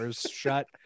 shut